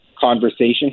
Conversation